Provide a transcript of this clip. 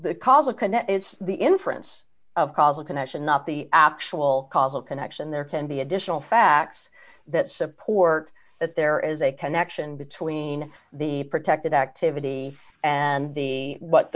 canet it's the inference of causal connection not the actual causal connection there can be additional facts that support that there is a connection between the protected activity and the what